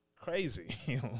crazy